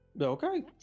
Okay